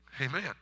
amen